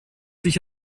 sich